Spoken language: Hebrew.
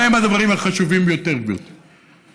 מהם הדברים החשובים ביותר, גברתי?